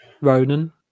Ronan